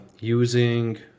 using